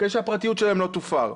כדי שהפרטיות שלהם לא תופר.